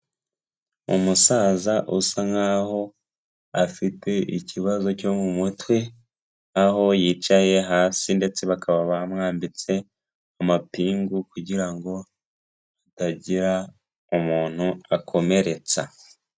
Umusaza usa nkaho afite ikibazo cyo mu mutwe aho yicaye hasi ndetse bakaba bamwambitse amapingu kugira ngo atagira umuntu akomeretsa.